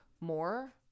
more